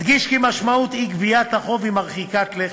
אדגיש כי משמעות אי-גביית החוב מרחיקה לכת: